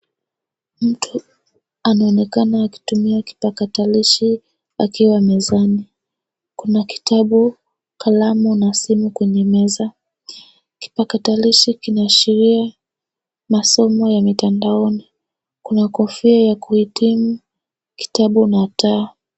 Mtu anaonekana akitumia kipakatalishi akiwa mezani. Kuna kitabu, kalamu na simu kwenye meza. Kipakatalishi kinaashiria masomo ya mitandaoni. Kuna kofia ya kuhitimu, kitabu na taa.